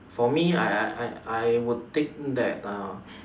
for me I I I would think that uh